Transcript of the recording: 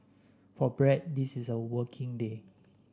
for Brad this is a working day